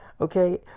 okay